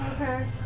okay